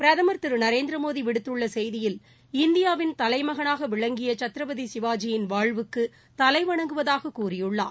பிரதமர் திரு நரேந்திரமோடி விடுத்துள்ள செய்தியில் இந்தியாவின் தலைமகனாக விளங்கிய சத்ரபதி சிவாஜியின் வாழ்வுக்கு தலை வணங்குவதாகக் கூறியுள்ளார்